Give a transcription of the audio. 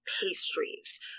pastries